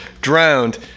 Drowned